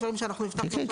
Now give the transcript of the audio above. דברים שהבטחנו.